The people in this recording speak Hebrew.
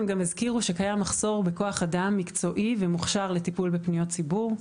הם גם הזכירו שקיים מחסור בכוח אדם מקצועי ומוכשר לטיפול בפניות ציבור.